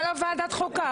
למה לא ועדת החוקה?